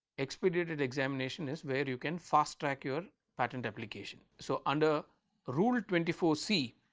expedited examination is where you can fast track your patent application. so, under rule twenty four c,